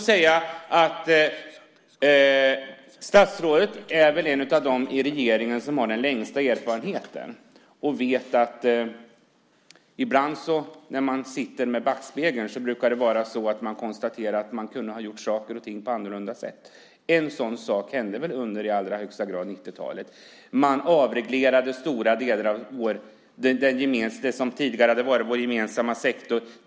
Statsrådet är väl en av dem i regeringen som har den längsta erfarenheten och vet att när man tittar i backspegeln kan man ibland konstatera att man kunde ha gjort saker och ting på ett annorlunda sätt. En sådan sak hände i allra högsta grad under 90-talet, då stora delar av det som tidigare hade varit vår gemensamma sektor avreglerades.